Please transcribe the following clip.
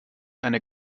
eine